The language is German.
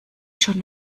schon